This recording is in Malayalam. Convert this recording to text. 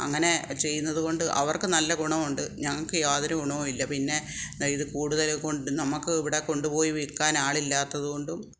അങ്ങനെ ചെയ്യുന്നതുകൊണ്ട് അവർക്ക് നല്ല ഗുണമുണ്ട് ഞങ്ങൾക്ക് യാതൊരു ഗുണവും ഇല്ല പിന്നെ ഇത് കൂടുതലും കൊണ്ട് നമുക്ക് ഇവിടെ കൊണ്ടുപോയി വിൽക്കാൻ ആളില്ലാത്തതുകൊണ്ടും